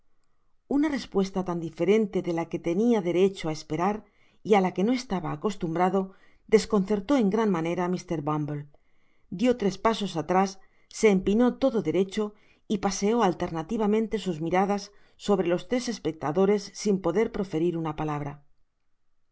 una respuesta tan diferente de la que tenia derecho á esperar y á la que no estaba acostumbrado desconcertó en gran manera á mr bumble dió tres pasos atrás se empinó todo derecho y paseó alternativamente sus miradas sobre los tres espectadores sin poder proferir una palabra